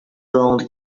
blonde